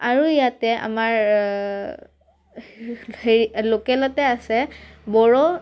আৰু ইয়াতে আমাৰ হেৰি লোকেলতে আছে বড়ো